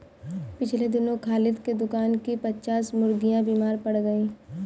पिछले दिनों खालिद के दुकान की पच्चास मुर्गियां बीमार पड़ गईं